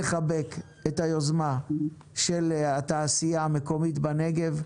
בנוסף לחבק את היוזמה של התעשייה המקומית בנגב,